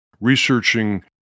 researching